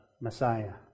Messiah